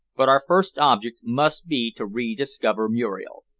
but our first object must be to rediscover muriel.